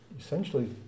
essentially